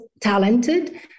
talented